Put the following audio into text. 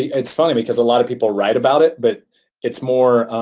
it's funny because a lot of people write about it but it's more